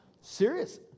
Serious